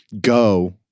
Go